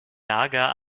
nager